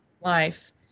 life